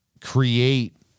create